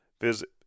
Visit